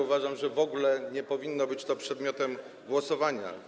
Uważam, że w ogóle nie powinno być to przedmiotem głosowania.